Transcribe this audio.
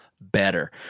better